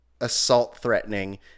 assault-threatening